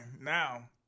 now